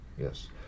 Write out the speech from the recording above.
yes